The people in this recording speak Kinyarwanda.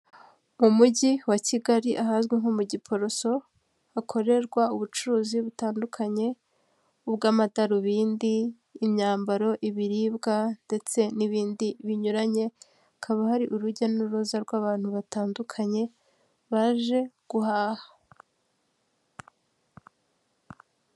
Mu mujyi wa Kigali ahazwi nko mu Giporoso hakorerwa ubucuruzi butandukanye, ubw'amadarubindi, imyambaro, ibiribwa ndetse n'ibindi binyuranye hakaba hari urujya n'uruza rw'abantu batandukanye baje guhaha.